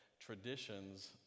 traditions